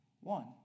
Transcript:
One